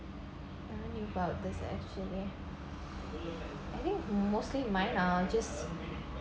I knew about this actually I think mostly mine ah just